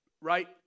Right